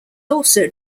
also